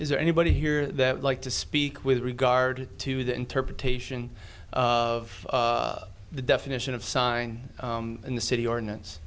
is there anybody here that would like to speak with regard to the interpretation of the definition of sign in the city ordinance